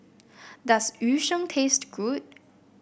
does Yu Sheng taste good